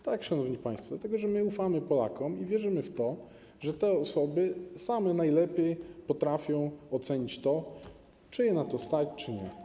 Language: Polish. Tak, szanowni państwo, dlatego że my ufamy Polakom i wierzymy w to, że te osoby same najlepiej potrafią ocenić to, czy je na to stać, czy nie.